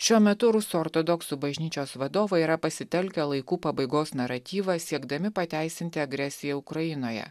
šiuo metu rusų ortodoksų bažnyčios vadovai yra pasitelkę laikų pabaigos naratyvą siekdami pateisinti agresiją ukrainoje